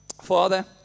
Father